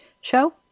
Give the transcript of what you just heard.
show